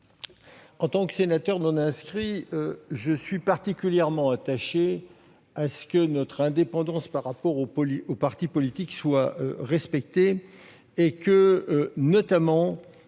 en tant que sénateur non inscrit, je suis particulièrement attaché à ce que notre indépendance par rapport aux partis politiques soit respectée et notamment